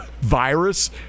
Virus